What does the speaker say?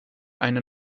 eine